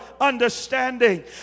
understanding